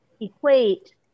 equate